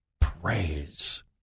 praise